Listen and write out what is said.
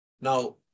now